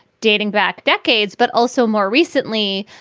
dating back decades, but also more recently,